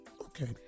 Okay